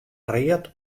read